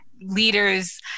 leaders